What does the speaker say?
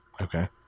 Okay